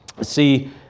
See